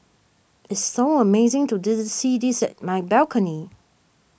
it's so amazing to did see this at my balcony